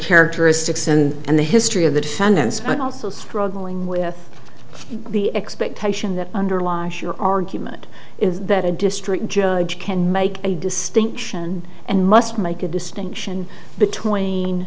characteristics and the history of the defendants but also struggling with the expectation that underlies your argument is that a district judge can make a distinction and must make a distinction between